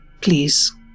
Please